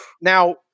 Now